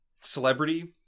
celebrity